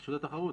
רשות התחרות.